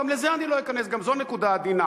גם לזה אני לא אכנס, גם זו נקודה עדינה.